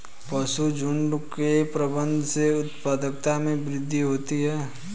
पशुझुण्ड के प्रबंधन से उत्पादकता में वृद्धि होती है